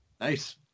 Nice